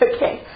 Okay